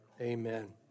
Amen